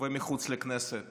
ומחוץ לכנסת